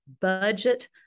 budget